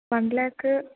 one lakh